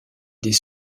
des